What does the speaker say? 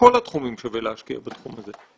בכל התחומים שווה להשקיע בתחום הזה.